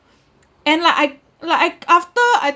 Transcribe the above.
and like I like I after I